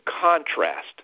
contrast